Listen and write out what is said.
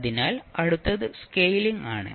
അതിനാൽ അടുത്തത് സ്കെയിലിംഗ് ആണ്